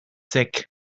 sick